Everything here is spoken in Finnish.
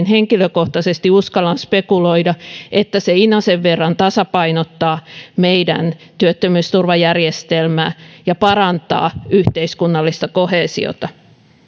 henkilökohtaisesti uskallan spekuloida että se inasen verran tasapainottaa meidän työttömyysturvajärjestelmää ja parantaa yhteiskunnallista koheesiota